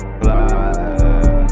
fly